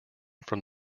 from